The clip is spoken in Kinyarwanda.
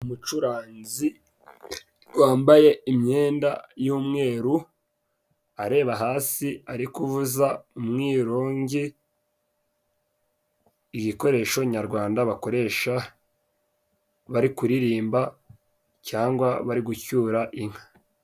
Umucuranzi wambaye imyenda yumweru areba hasi, ari kuvuza umwironge igikoresho nyarwanda bakoresha, bari kuririmba cyangwa bari gucyura inka.